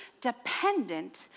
dependent